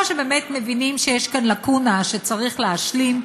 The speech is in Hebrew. או שבאמת מבינים שיש כאן לקונה שצריך להשלים,